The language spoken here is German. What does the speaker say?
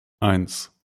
eins